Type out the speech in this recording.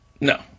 No